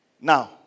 Now